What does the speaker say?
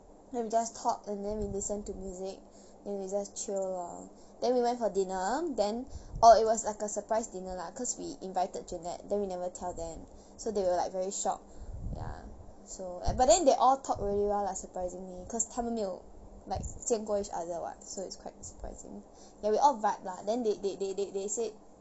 then we just talked and then we listened to music then we just chill lah then we went for dinner then orh it was like a surprise dinner lah cause we invited jeanette then we never tell them so they were like very shocked ya so but then they all talked really well lah surprisingly cause 他们没有 like 见过 each other [what] so it's quite surprising that we're all bud lah then they they they they they said